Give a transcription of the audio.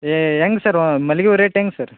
ಏ ಹೆಂಗ್ ಸರ್ ಮಲ್ಲಿಗೆ ಹೂವು ರೇಟ್ ಹೆಂಗ್ ಸರ್